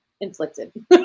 inflicted